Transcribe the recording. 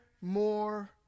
more